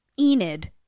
Enid